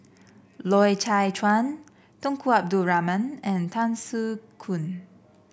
Loy Chye Chuan Tunku Abdul Rahman and Tan Soo Khoon